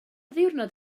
ddiwrnod